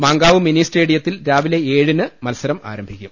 Mankavu mini സ്റ്റേഡിയത്തിൽ രാവിലെ ഏഴിന് മത്സരം ആരംഭിക്കും